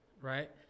right